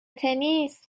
تنیس